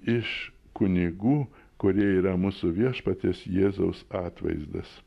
iš kunigų kurie yra mūsų viešpaties jėzaus atvaizdas